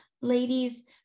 ladies